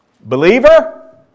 believer